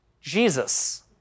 Jesus